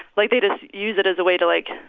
like, they just use it as a way to, like,